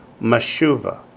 mashuva